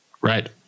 Right